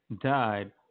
died